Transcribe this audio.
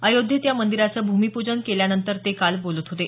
अयोध्येत या मंदिराचं भूमिपूजन केल्यानंतर ते काल बोलत होते